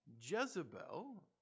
Jezebel